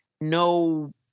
no